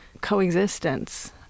coexistence